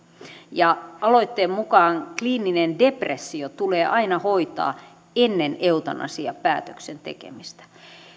ja aloitteen mukaan kliininen depressio tulee aina hoitaa ennen eutanasiapäätöksen tekemistä